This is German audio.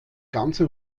ganze